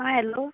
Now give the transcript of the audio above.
आं हॅलो